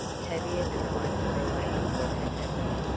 tavia tried to relate what had happened.